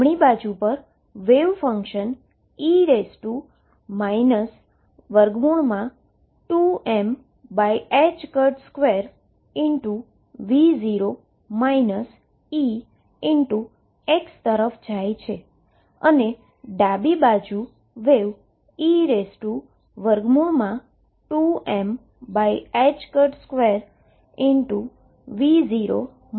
જમણી બાજુ પર વેવ ફંક્શન e 2m2V0 Exતરફ જાય છે અને ડાબી બાજુ વેવ e2m2V0 Ex તરફ જાય છે